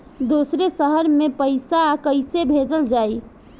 दूसरे शहर में पइसा कईसे भेजल जयी?